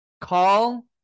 Call